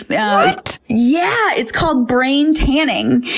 yeah but yeah, it's called brain tanning.